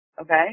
Okay